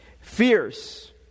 fierce